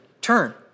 turn